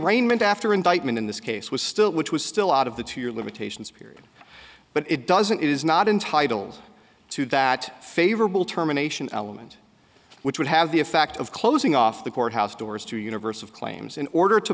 arraignment after indictment in this case was still which was still out of the to your limitations period but it doesn't it is not entitled to that favorable terminations element which would have the effect of closing off the courthouse doors to universe of claims in order to